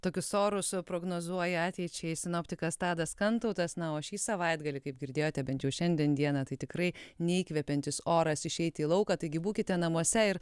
tokius orus prognozuoja ateičiai sinoptikas tadas kantautas na o šį savaitgalį kaip girdėjote bent šiandien dieną tai tikrai neįkvepiantis oras išeiti į lauką taigi būkite namuose ir